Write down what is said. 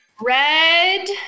Red